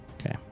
Okay